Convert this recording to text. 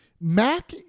Mac